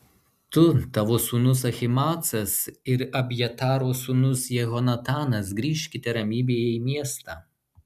tu tavo sūnus ahimaacas ir abjataro sūnus jehonatanas grįžkite ramybėje į miestą